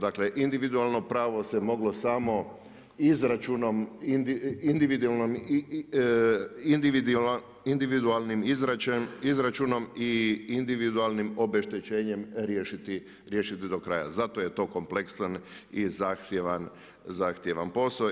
Dakle individualno pravo se moglo samo izračunom, individualnim izračunom i individualnim obeštećenjem riješiti do kraja zato je to kompleksan i zahtjevan posao.